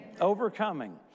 Overcoming